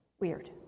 Weird